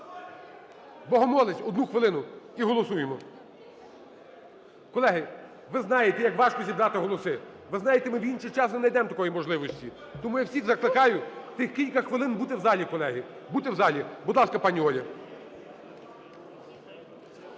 Богомолець, одну хвилину – і голосуємо. Колеги, ви знаєте, як важко зібрати голоси, ви знаєте, ми в інший час не знайдемо такої можливості. Тому всіх закликаю тих кілька хвилин бути в залі, колеги, бути в залі. Будь ласка, пані Ольго.